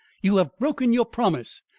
you have broken your promise!